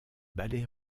ballets